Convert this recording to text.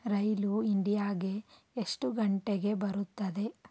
ರೈಲು ಇಂಡಿಯಾಗೆ ಎಷ್ಟು ಗಂಟೆಗೆ ಬರುತ್ತದೆ